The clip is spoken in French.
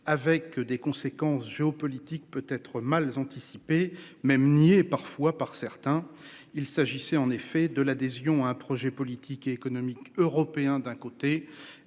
avec des conséquences géopolitiques peut être mal anticipé même nié parfois par certains, il s'agissait en effet de l'adhésion à un projet politique et économique européen. D'un côté